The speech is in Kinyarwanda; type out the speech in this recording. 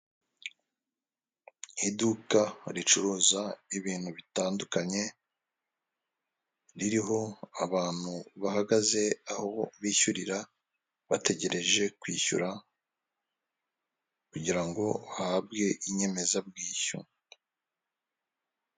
Iduka ricuruza ibintu bitandukanye ririho abantu bahagaze aho bishyurira bategereje kwishyura, kugirango ngo uhabwe inyemezabwishyu.